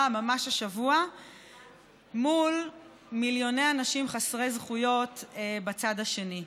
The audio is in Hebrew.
ממש השבוע מול מיליוני אנשים חסרי זכויות בצד השני.